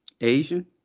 Asian